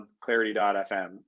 clarity.fm